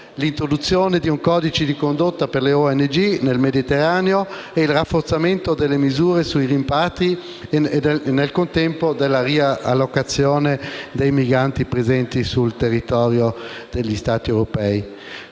l'introduzione di un codice di condotta per le ONG nel Mediterraneo, il rafforzamento delle misure sui rimpatri e, nel contempo, la riallocazione dei migranti presenti sul territorio degli Stati europei.